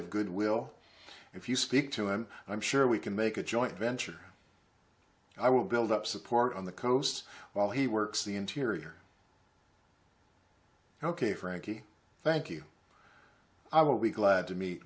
of good will if you speak to him i'm sure we can make a joint venture i will build up support on the coast while he works the interior ok frankie thank you i will be glad to meet